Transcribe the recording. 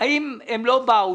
אם הם לא באו,